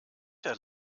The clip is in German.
der